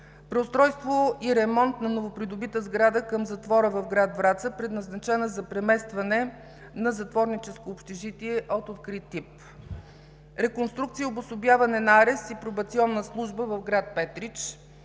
преустройство и ремонт на новопридобита сграда към затвора в град Враца, предназначена за преместване на затворническото общежитие от открит тип; реконструкция и обособяване на арест и пробационна служба в град Петрич;